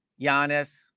Giannis